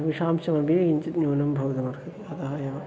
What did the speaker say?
विषांशमपि किञ्चित् न्यूनं भवतुमर्हति अतः एव